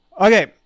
okay